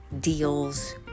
deals